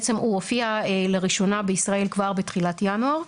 בעצם הוא הופיע לראשונה בישראל כבר בתחילת ינואר,